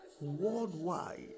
worldwide